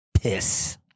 piss